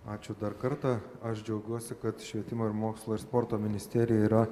ačiū dar kartą aš džiaugiuosi kad švietimo mokslo ir sporto ministerija yra